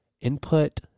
input